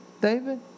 David